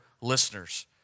listeners